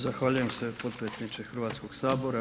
Zahvaljujem se potpredsjedniče Hrvatskog sabora.